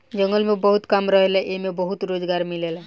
जंगल में बहुत काम रहेला एइमे बहुते रोजगार मिलेला